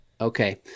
Okay